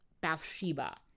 Bathsheba